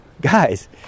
guys